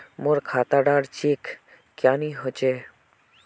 मोर खाता डा चेक क्यानी होचए?